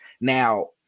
Now